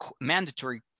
mandatory